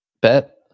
bet